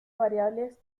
variables